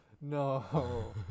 no